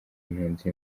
impunzi